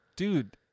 Dude